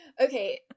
okay